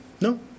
No